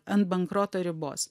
ant bankroto ribos